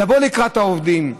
לבוא לקראת העובדים,